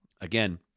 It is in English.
again